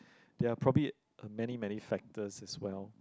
there are probably a many many factors as well